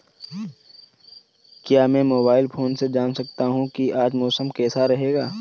क्या मैं mobile phone से जान सकता हूँ कि आज मौसम कैसा रहेगा?